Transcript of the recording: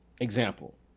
example